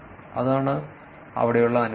അതാണ് അവിടെയുള്ള അനുമാനം